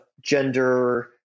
gender